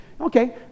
Okay